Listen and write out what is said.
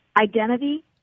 identity